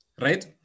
Right